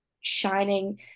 shining